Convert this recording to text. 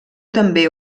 també